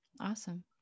Awesome